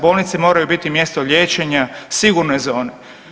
Bolnice moraju biti mjesto liječenja sigurne zone.